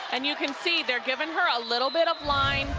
and you can see they're giving her a little bit of line.